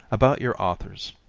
about your authors.